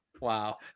Wow